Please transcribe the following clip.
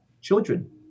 Children